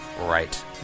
right